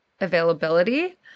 availability